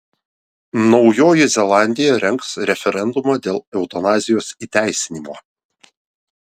naujoji zelandija rengs referendumą dėl eutanazijos įteisinimo